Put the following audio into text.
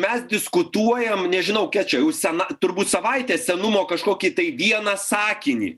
mes diskutuojam nežinau ką čia jau sena turbūt savaitės senumo kažkokį tai vieną sakinį